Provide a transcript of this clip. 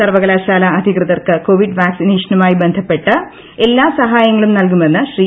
സ്ർപ്പകലാശാല അധികൃതർക്ക് കോവിഡ് വാക്സിനേഷനുമായി ബ്ഡപ്പെട്ട് എല്ലാ സഹായങ്ങളും നൽകുമെന്ന് ശ്രീ